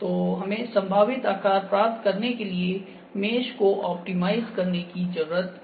तो हमें संभावित आकार प्राप्त करने के लिए मेश को ऑप्टिमाइज़ करने की जरूरत है